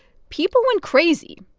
people went crazy.